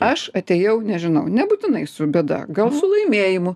aš atėjau nežinau nebūtinai su bėda gal su laimėjimu